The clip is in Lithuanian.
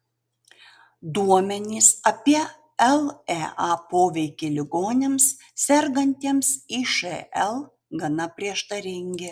duomenys apie lea poveikį ligoniams sergantiems išl gana prieštaringi